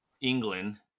England